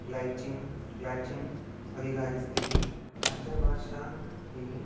Latin Latin अधिकारिस्थितिः राजभाषा इति